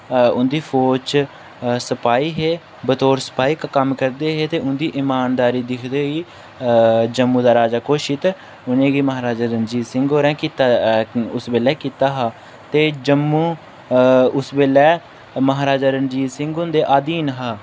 उं'दी फौज च सपाही हे बतौर सपाही दा कम्म करदे हे ते उं'दी ईमानदारी दिक्खदे होई अ जम्मू दा राजा घोशित उ'नें गी म्हाराजा रंजीत सिंह होरें कीता उस बेल्लै कीता हा ते जम्मू अ उस बेल्लै म्हाराजा रंजीत सिंह हुंदे आधीन हा